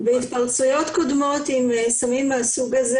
בהתפרצויות קודמות עם סמים מהסוג הזה